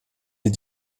est